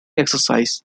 exercise